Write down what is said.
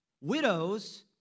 widows